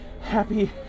happy